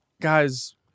guys